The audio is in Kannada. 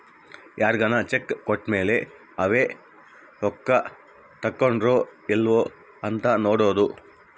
ಯಾರ್ಗನ ಚೆಕ್ ಕೋಟ್ಮೇಲೇ ಅವೆ ರೊಕ್ಕ ತಕ್ಕೊಂಡಾರೊ ಇಲ್ಲೊ ಅಂತ ನೋಡೋದು